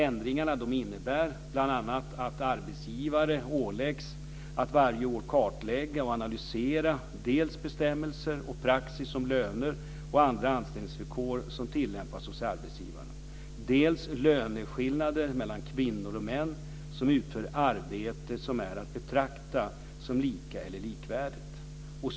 Ändringarna innebär bl.a. att arbetsgivare åläggs att varje år kartlägga och analysera dels bestämmelser och praxis om löner och andra anställningsvillkor som tillämpas hos arbetsgivaren, dels löneskillnader mellan kvinnor och män som utför arbete som är att betrakta som lika eller likvärdigt.